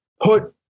put